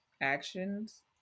actions